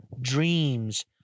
Dreams